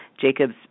Jacobs